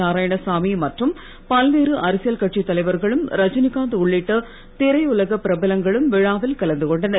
நாராயணசாமி மற்றும் பல்வேறு அரசியல் கட்சித் தலைவர்களும் ரஜினிகாந்த உள்ளிட்ட திரையுலக பிரபலங்களும் விழாவில் கலந்து கொண்டனர்